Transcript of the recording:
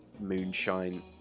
moonshine